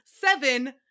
Seven